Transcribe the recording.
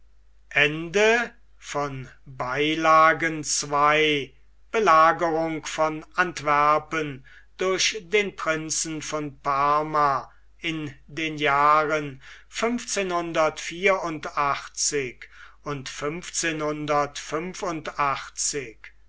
nehmen ii belagerung von antwerpen durch den prinzen von parma in den jahren und